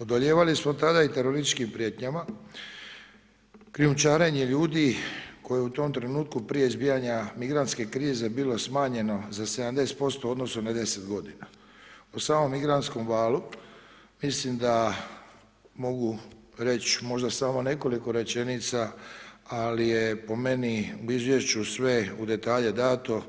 Odolijevali smo tada i terorističkim prijetnjama, krijumčarenje ljudi, koji u tom trenutku prije izbivanja migrantske krize bilo smanjeno za 70% u odnosu na 10 g. U samom migrantskom valu, mislim da mogu reć, možda samo nekoliko rečenica, ali je po meni u izvješću sve u detalje dato